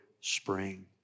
spring